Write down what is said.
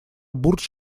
бурдж